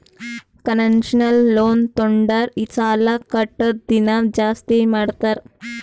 concessional loan ತೊಂಡುರ್ ಸಾಲಾ ಕಟ್ಟದ್ ದಿನಾ ಜಾಸ್ತಿ ಮಾಡ್ತಾರ್